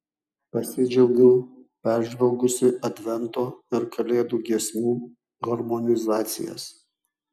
pasidžiaugiau peržvelgusi advento ir kalėdų giesmių harmonizacijas